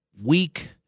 weak